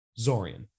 Zorian